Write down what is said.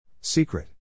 Secret